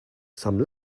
some